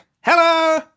Hello